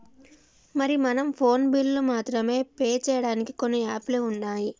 మరి మనం ఫోన్ బిల్లులు మాత్రమే పే చేయడానికి కొన్ని యాప్లు ఉన్నాయి